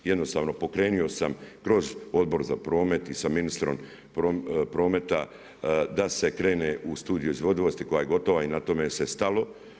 Jednostavno pokrenuo sam kroz odbor za promet i sa ministrom prometa da se krene u studiju izvodivosti koja je gotova i na tome se stalo.